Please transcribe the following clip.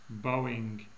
Boeing